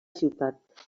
ciutat